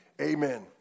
Amen